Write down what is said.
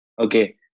Okay